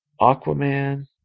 Aquaman